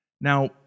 Now